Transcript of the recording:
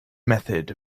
method